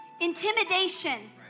intimidation